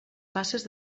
fases